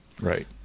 Right